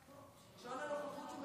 לנו.